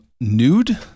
nude